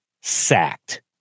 sacked